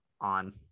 on